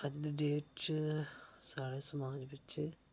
अज्ज दी डेट च साढ़े समाज बिच्च